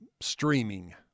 streaming